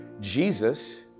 Jesus